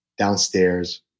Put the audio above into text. downstairs